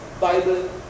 Bible